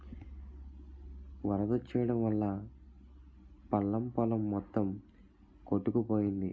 వరదొచ్చెయడం వల్లా పల్లం పొలం మొత్తం కొట్టుకుపోయింది